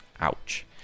Ouch